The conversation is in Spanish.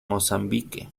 mozambique